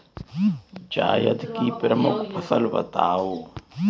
जायद की प्रमुख फसल बताओ